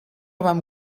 vam